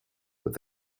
with